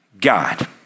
God